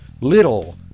little